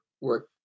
work